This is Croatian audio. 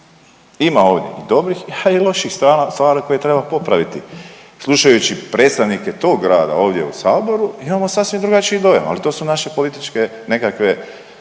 ima ovdje dobrih, a i loših strana, stvari koje treba popraviti. Slušajući predstavnike tog grada ovdje u saboru imamo sasvim drugačiji dojam, ali to su naše političke nekakve